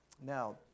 Now